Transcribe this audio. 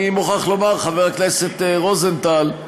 אני מוכרח לומר, חבר הכנסת רוזנטל,